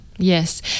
Yes